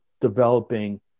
developing